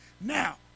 Now